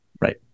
right